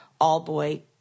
all-boy